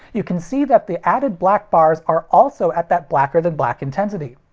you can see that the added black bars are also at that blacker than black intensity.